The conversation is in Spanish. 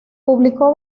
publicó